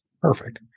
Perfect